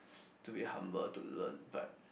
to be humble to learn but